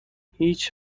هیچ